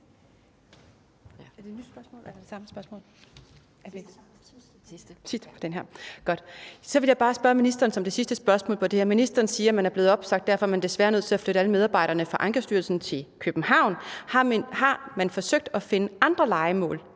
Så vil jeg bare spørge ministeren som det sidste spørgsmål på det her: Ministeren siger, at man er blevet opsagt, og derfor er man desværre nødt til at flytte alle medarbejderne fra Ankestyrelsen til København. Har man forsøgt at finde andre lejemål